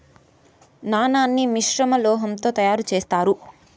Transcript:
నాణాన్ని మిశ్రమ లోహం తో తయారు చేత్తారు